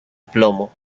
plomo